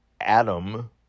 Adam